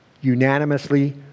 Unanimously